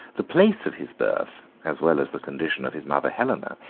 the place of his birth, as well as the condition of his mother helena,